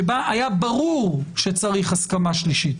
שבו היה ברור שצריך הסכמה שלישית,